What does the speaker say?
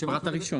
הראשון,